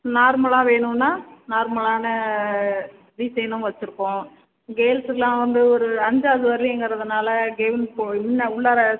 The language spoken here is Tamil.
நார்மலாக வேணும்னால் நார்மலான டிசைனும் வச்சிருக்கோம் கேர்ள்ஸ்குலாம் வந்து ஒரு அஞ்சாவது வரைலையும்ங்கிறதுனால் கெவுன் போ இன்ன உள்ளாற